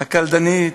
הקלדנית,